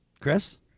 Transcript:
chris